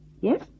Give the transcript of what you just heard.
Yes